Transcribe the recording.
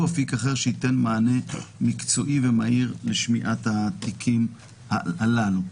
אפיק אחר שייתן מענה מקצועי ומהיר לשמיעת התיקים הללו.